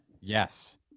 Yes